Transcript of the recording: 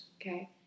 Okay